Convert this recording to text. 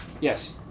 Yes